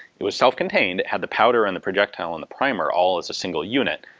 it was self-contained, it had the powder and the projectile and the primer all as a single unit.